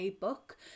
book